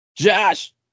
Josh